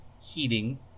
heating